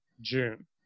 June